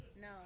No